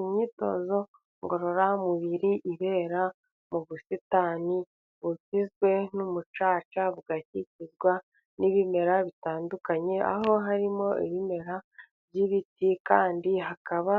Imyitozo ngororamubiri ibera mu busitani bugizwe n'umucaca bugakikizwa n'ibimera bitandukanye, aho harimo ibimera by'ibiti, kandi hakaba